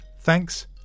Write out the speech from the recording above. Thanks